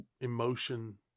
emotion